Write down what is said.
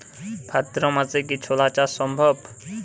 ভাদ্র মাসে কি ছোলা চাষ সম্ভব?